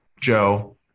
Joe